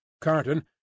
Carton